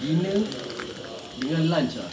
dinner dengan lunch ah